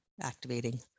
activating